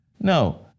No